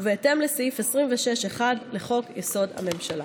בהתאם לסעיף 26(1) לחוק-יסוד: הממשלה.